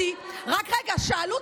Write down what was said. אז למה אתם עושים את זה?